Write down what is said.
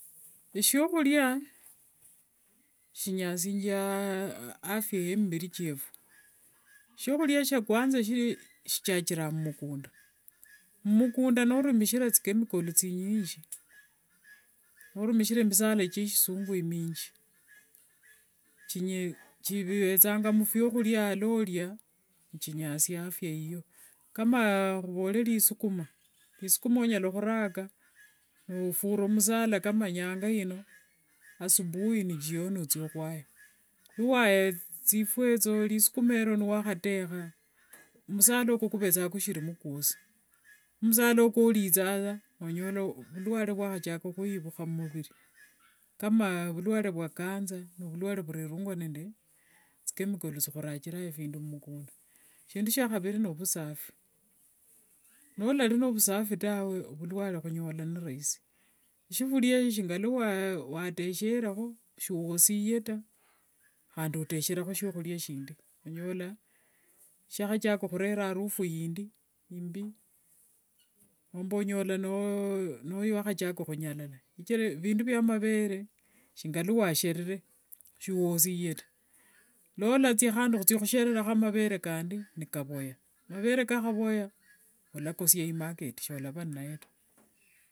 Eshiakhulia shinyashingia afya yemiviri kiefu, shiokhuria shiakwanza sichakiranga mmukunda, mmukunda norumikhira thichemical thinyingi, norumikhira emisala che sisungu minji, chivethanga mufyokhuria noria nichinyasia afya yiyo, kama khuvole risukuma, risukuma onyala khuraka nofuririra musala kama nyangaino asubui ni jioni othia khwaya, khuwaye thifwa etho risukuma ero niwakhatekha, musala oko khuvethanga nikusirimo kwosi, musala oko orithanga saa nonyola vulware vwakhachaka khuyivukha mumuviri kama vulware vwa cancer, vulware vurerungwa nde thichemical thiakhurachiranga ephindu mumukunda, shindu shiakhaviri nivusafi, nolari nde vusafi taa ovulware ovunyola saa vulai, shifuria esho shingilwa watesherekho shiwosie taa, khandi otesherakho shiakhuria shindi, onyola shiakhachaka khurera arufu indi imbi nomba onyola niwakhachaka khunyalala, shichira vindu vya mavere shingilwa washerere shiwosie taa, nikathia khandi khuthia khushererakho mavere kandi nikavoya, mavere kakhavoya walakosia imarket sholava ninayo taa.